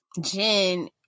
jen